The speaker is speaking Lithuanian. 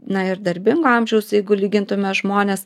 na ir darbingo amžiaus jeigu lygintume žmones